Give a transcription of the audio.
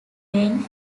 when